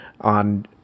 on